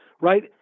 right